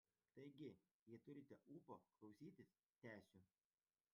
taigi jei turite ūpo klausytis tęsiu